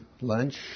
lunch